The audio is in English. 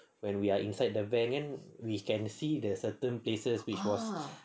when we are inside the van kan we can see the certain places which was